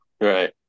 Right